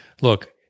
look